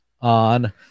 on